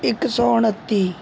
ਇਕ ਸੌ ਉੱਨਤੀ